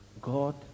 God